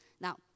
Now